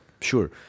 sure